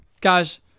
guys